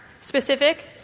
specific